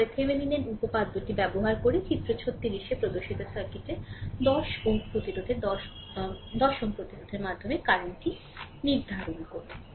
এর পরে থেভেনিনের উপপাদ্যটি ব্যবহার করে চিত্র 36 এ প্রদর্শিত সার্কিটের 10 Ω প্রতিরোধের 10 10 প্রতিরোধের মাধ্যমে কারেন্ট নির্ধারণ করুন